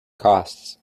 costs